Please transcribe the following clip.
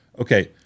okay